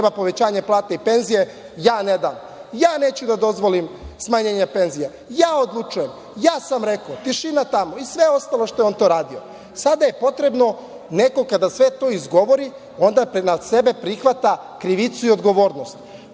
treba povećanje plata i penzija, ja ne dam. Ja neću da dozvolim smanjenje penzija. Ja odlučujem. Ja sam rekao. Tišina tamo i sve ostalo šta je radio. Neko kada sve to izgovori onda na sebe prihvata krivicu i odgovornost.